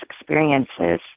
experiences